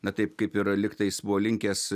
na taip kaip ir lygtais buvo linkęs